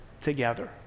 together